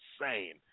insane